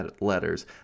letters